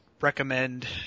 recommend